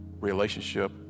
relationship